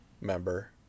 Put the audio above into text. member